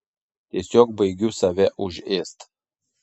tiesiog baigiu save užėst